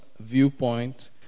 viewpoint